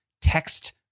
text